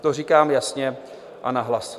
To říkám jasně a nahlas.